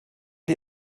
die